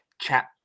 chat